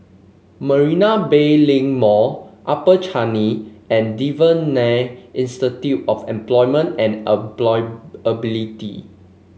Marina Bay Link Mall Upper Changi and Devan Nair Institute of Employment and Employability